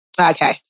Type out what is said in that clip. Okay